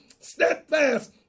steadfast